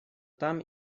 там